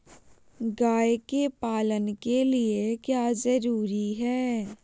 गाय के पालन के लिए क्या जरूरी है?